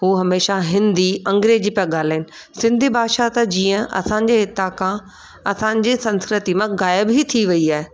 हू हमेशह हिंदी अंग्रेजी पिया ॻाल्हाइनि सिंधी भाषा त जीअं असांजे हितां का असांजे संस्कृती मां ग़ाइब ई थी वयी आहे